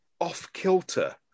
off-kilter